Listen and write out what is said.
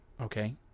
Okay